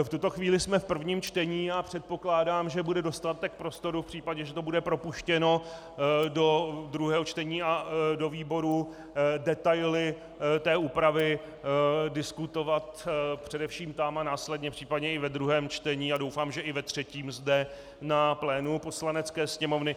V tuto chvíli jsme v prvním čtení a předpokládám, že bude dostatek prostoru v případě, že to bude propuštěno do druhého čtení a do výborů, detaily úpravy diskutovat především tam a následně případně i ve druhém čtení a doufám, že i ve třetím zde na plénu Poslanecké sněmovny.